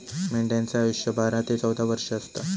मेंढ्यांचा आयुष्य बारा ते चौदा वर्ष असता